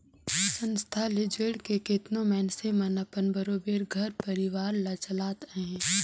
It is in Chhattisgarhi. संस्था ले जुइड़ के केतनो मइनसे मन अपन बरोबेर घर परिवार ल चलात अहें